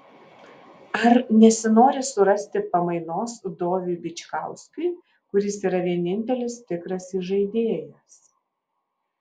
ar nesinori surasti pamainos doviui bičkauskiui kuris yra vienintelis tikras įžaidėjas